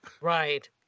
Right